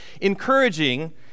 encouraging